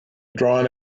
drawn